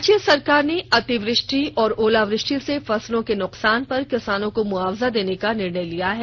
राज्य सरकार ने अतिवृष्टि और ओलावृष्टि से फसलों के नुकसान पर किसानों को मुआवजा देने का निर्णय लिया है